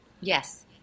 Yes